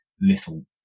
little